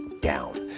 down